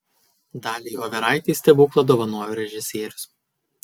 daliai overaitei stebuklą dovanojo režisierius